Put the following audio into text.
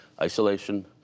isolation